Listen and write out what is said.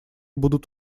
будут